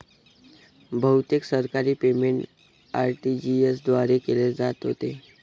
बहुतेक सरकारी payment RTGS द्वारे केले जात होते